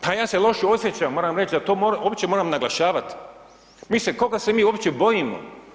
Pa ja se loše osjećam moram reći, da to uopće moram naglašavat, mislim koga se mi uopće bojimo?